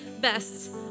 best